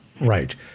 right